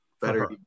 Better